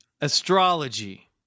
Astrology